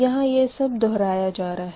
यहाँ यह सब दोहराया जा रहा है